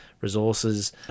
resources